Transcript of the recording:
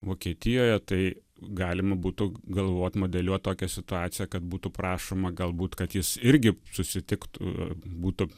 vokietijoje tai galima būtų galvot modeliuot tokią situaciją kad būtų prašoma galbūt kad jis irgi susitiktų būtų